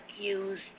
use